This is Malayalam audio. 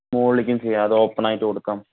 മുകളിലേക്കും ചെയ്യാം അത് ഓപ്പൺ ആയിട്ട് കൊടുക്കാം